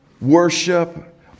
worship